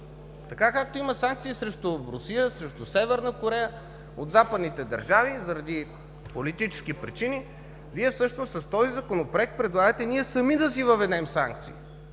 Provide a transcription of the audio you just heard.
Както има санкции срещу Русия, срещу Северна Корея от западните държави заради политически причини, така всъщност с този Законопроект предлагате сами да си въведем санкции.